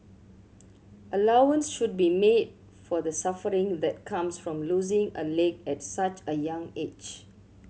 allowance should be made for the suffering that comes from losing a leg at such a young age